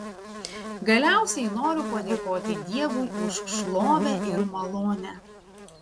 galiausiai noriu padėkoti dievui už šlovę ir malonę